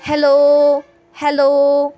hello hello